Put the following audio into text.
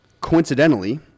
coincidentally